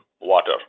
water